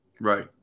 Right